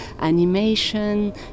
animation